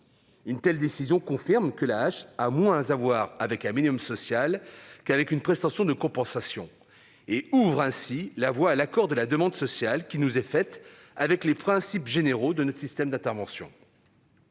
Une telle décision confirme que l'AAH a moins à voir avec un minimum social qu'avec une prestation de compensation, ce qui ouvre la voie pour accepter la demande sociale qui nous est faite en cohérence avec les principes généraux de notre système d'intervention.